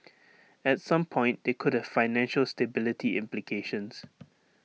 at some point they could have financial stability implications